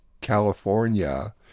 California